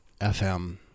FM